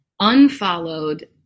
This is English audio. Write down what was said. unfollowed